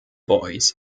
boys